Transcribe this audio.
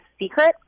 secret